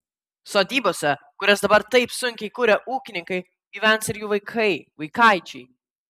sodybose kurias dabar taip sunkiai kuria ūkininkai gyvens ir jų vaikai vaikaičiai